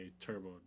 turbo